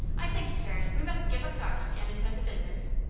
i think, carrie, we must give up talking and attend to business.